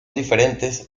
diferentes